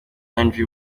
andy